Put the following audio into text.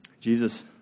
Jesus